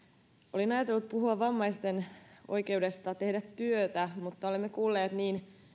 olin ajatellut puhua vammaisten oikeudesta tehdä työtä mutta olemme kuulleet niin